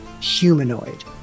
humanoid